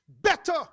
better